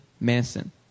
Manson